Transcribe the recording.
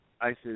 ISIS